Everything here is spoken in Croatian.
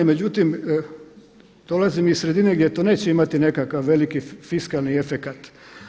Međutim, dolazim iz sredine gdje to neće imati nekakav veliki fiskalni efekat.